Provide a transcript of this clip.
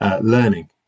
Learning